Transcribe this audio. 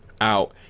out